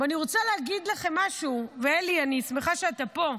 אני רוצה להגיד לכם משהו, אלי, אני שמחה שאתה פה.